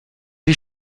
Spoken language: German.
die